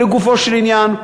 ולגופו של עניין,